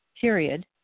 period